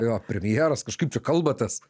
jo premjeras kažkaip čia kalbatės